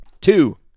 Two